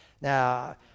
Now